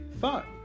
thought